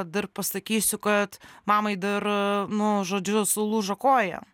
dar pasakysiu kad mamai dar nu žodžiu sulūžo koja